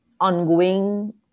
ongoing